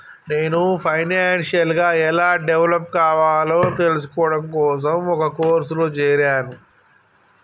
నేను ఫైనాన్షియల్ గా ఎలా డెవలప్ కావాలో తెల్సుకోడం కోసం ఒక కోర్సులో జేరాను